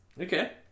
Okay